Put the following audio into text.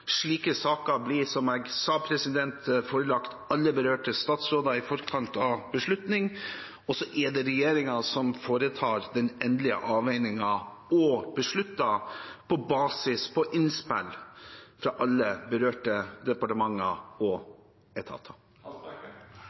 Slike saker blir, som jeg sa, forelagt alle berørte statsråder i forkant av beslutning, og så er det regjeringen som foretar den endelige avveiningen og beslutter på basis av innspill fra alle berørte departementer og etater.